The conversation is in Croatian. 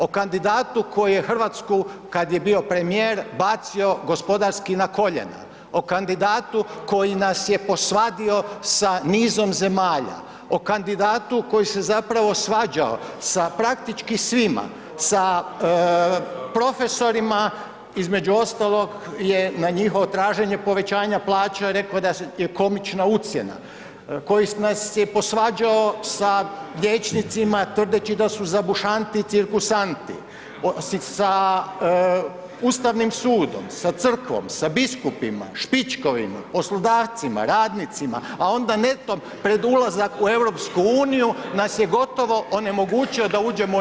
O kandidatu koji je Hrvatsku kad je bio premijer bacio gospodarski na koljena, o kandidatu koji nas je posvadio sa nizom zemalja, o kandidatu koji se zapravo svađao sa praktički svima, sa profesorima između ostalog je na njihovo traženje povećanja plaća rekao da je komična ucjena, koji nas je posvađao sa liječnicima tvrdeći da su zabušanti i cirkusanti, sa Ustavnim sudom, sa crkvom, sa biskupima, Špičkovina, poslodavcima, radnicima, a onda netom pred ulazak u EU nas je gotovo onemogućio da uđemo u EU.